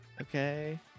Okay